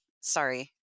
sorry